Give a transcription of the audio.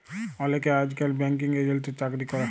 অলেকে আইজকাল ব্যাঙ্কিং এজেল্টের চাকরি ক্যরে